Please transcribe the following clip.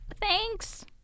Thanks